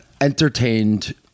entertained